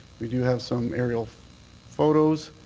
we do have some aerial photos.